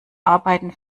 arbeiten